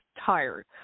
tired